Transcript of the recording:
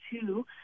two